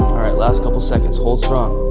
alright, last couple seconds. hold strong.